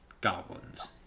goblins